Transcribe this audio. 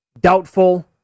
doubtful